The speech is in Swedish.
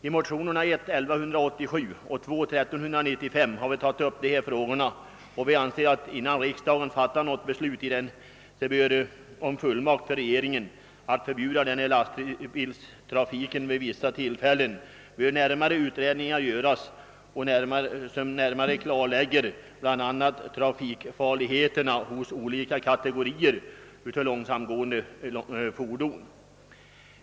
I motionerna I: 1187 och II: 1395 har vi tagit upp dessa frågor, och vi anser att innan riksdagen fattar något beslut om fullmakt för regeringen att förbjuda den här lastbilstrafiken vid vissa tillfällen bör utredningar göras som närmare klarlägger bl.a. trafikfarligheten hos olika kategorier av långsamtgående fordon.